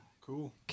Cool